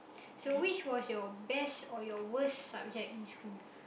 so which was your best or your worst subject in school